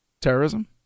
terrorism